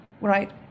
right